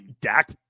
Dak